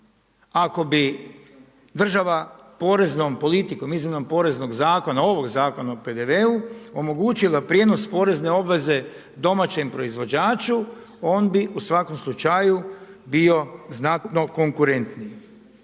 Ako bi država poreznom politikom, izmjenom poreznog zakona, ovog Zakona o PDV-u omogućila prijenos porezne obveze domaćem proizvođaču, on bi u svakom slučaju bio znatno konkurentniji